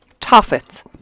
toffets